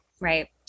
right